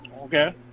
Okay